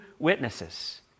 Witnesses